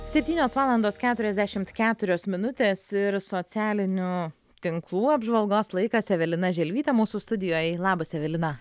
septynios valandos keturiasdešimt keturios minutės ir socialinių tinklų apžvalgos laikas evelina želvytė mūsų studijoj labas evelina